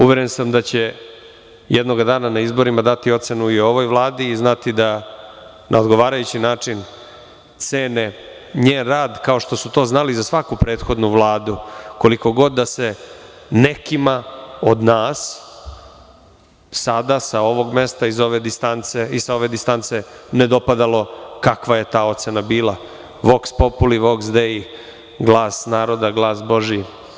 Uveren sam da će jednog dana na izborima dati ocenu i ovoj Vladi i znati da na odgovarajući način cene njen rad kao što su to znali za svaku prethodnu vladu, koliko god da se nekima od nas sada sa ovog mesta i sa ove distance ne dopadalo kakva je ta ocena bila, „voks populi, voks dej“ – „glas naroda, glas božiji“